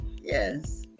yes